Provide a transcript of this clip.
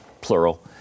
plural